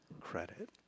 credit